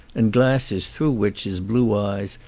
and glasses through which his blue eyes,